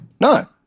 No